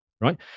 right